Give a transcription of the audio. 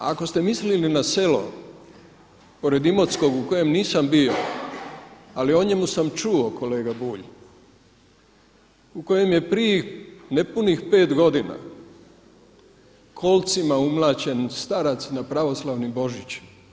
Ako ste mislili na selo pored Imotskog u kojem nisam bio, ali o njemu sam čuo kolega Bulj u kojem je prije nepunih pet godina kolcima umlaćen starac na pravoslavni Božić.